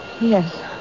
Yes